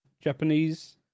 Japanese